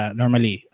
normally